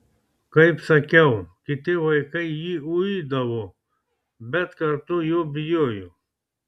kaip sakiau kiti vaikai jį uidavo bet kartu jo bijojo